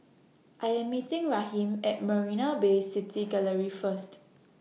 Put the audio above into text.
I Am meeting Raheem At Marina Bay City Gallery First